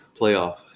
playoff